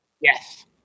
Yes